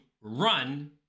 run